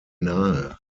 nahe